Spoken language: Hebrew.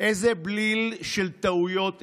איזה בליל של טעויות,